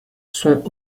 sont